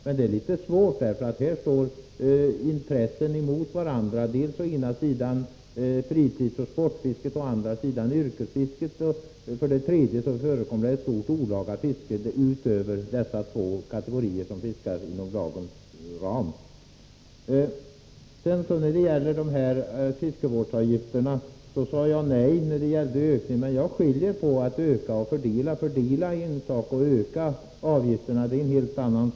Men det är litet svårt, för här står olika intressen emot varandra. Å ena sidan har vi fritidsoch sportfisket, och å den andra yrkesfisket. Utöver dessa två kategorier som fiskar inom lagens ram förekommer det ett stort olaga fiske. Jag sade nej till en ökning av fiskevårdsavgifterna, men jag skiljer på att öka och att fördela. Att fördela avgifterna är en sak, men att öka dem är en helt annan.